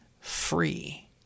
free